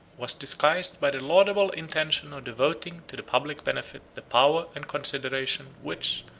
was disguised by the laudable intention of devoting to the public benefit the power and consideration, which,